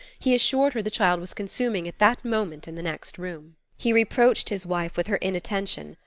he assured her the child was consuming at that moment in the next room. he reproached his wife with her inattention,